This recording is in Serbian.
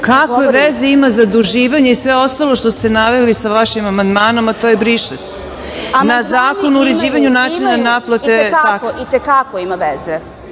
Kakve veze ime zaduživanje i sve ostalo što ste naveli sa vašim amandmanom, a to je briše se, na Zakon o uređivanju načina naplate takse. **Tijana Perić